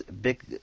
big